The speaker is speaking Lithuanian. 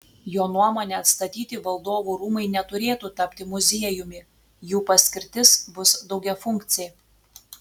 jo nuomone atstatyti valdovų rūmai neturėtų tapti muziejumi jų paskirtis bus daugiafunkcė